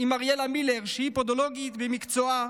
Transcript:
עם אריאלה מילר, שהיא פודולוגית במקצועה,